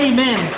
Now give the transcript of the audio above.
Amen